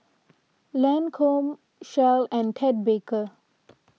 Lancome Shell and Ted Baker